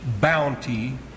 bounty